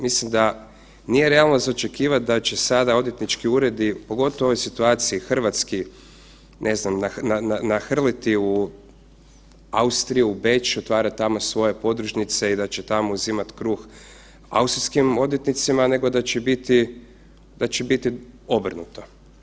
Mislim da nije realno za očekivat da će sada odvjetnički uredi pogotovo u ovoj situaciji hrvatski, ne znam, nahrliti u Austriju u Beč otvarati tamo svoje podružnice i da će tamo uzimati kruh austrijskim odvjetnicima nego da će biti obrnuto.